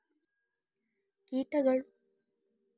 ಕೀಟಗಳು ಆವರಿಸುದರಿಂದ ತೋಟಗಾರಿಕಾ ಬೆಳೆಗಳಿಗೆ ಏನೆಲ್ಲಾ ತೊಂದರೆ ಆಗ್ತದೆ?